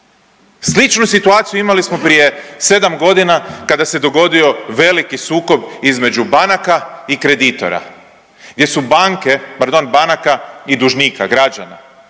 Sličnu situaciju imali smo prije 7 godina kada se dogodio veliki sukob između banaka i kreditora, gdje su banke, pardon banaka i dužnika, građana,